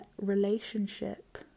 relationship